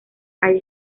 calle